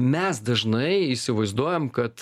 mes dažnai įsivaizduojam kad